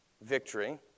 victory